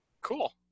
cool